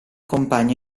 compagna